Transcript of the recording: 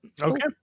Okay